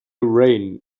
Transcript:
reign